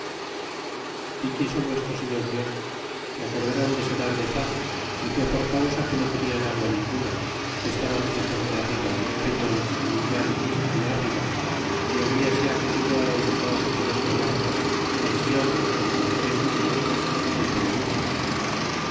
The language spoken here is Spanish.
y quiso nuestro señor dios que acordron de so dar de paz y fue por causa que no tenian agua ninguna que estaba mucha gente arriba en el periol en un llano que se hacia arriba é habiase acogido á él de todas aquellas comarcas ansi hombres como mugeres y niños é gente menuda